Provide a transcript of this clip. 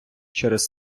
через